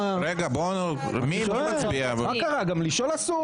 מה קרה, גם לשאול אסור?